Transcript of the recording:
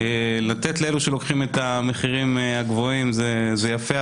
לתת לאלו שלוקחים את המחירים הגבוהים זה יפה,